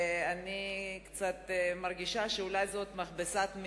אני מרגישה קצת שאולי זאת מכבסת מלים,